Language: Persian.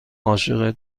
عاشق